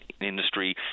industry